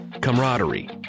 camaraderie